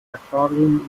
aquarium